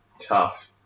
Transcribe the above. tough